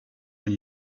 when